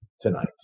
tonight